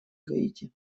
гаити